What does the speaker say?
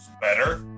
better